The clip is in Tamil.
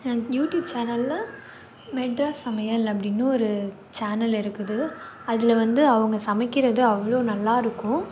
யூடியூப் சேனல்ல மெட்ராஸ் சமையல் அப்படின்னு ஒரு சேனல் இருக்குது அதில் வந்து அவங்க சமைக்கிறது அவ்வளோ நல்லாயிருக்கும்